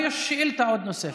שאלה ועוד שאילתה נוספת.